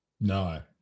No